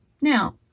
Now